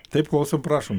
taip klausom prašom